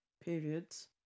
periods